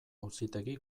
auzitegi